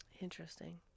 Interesting